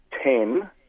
ten